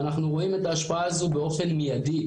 ואנחנו רואים את ההשפעה הזו באופן מידי,